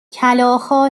کلاغها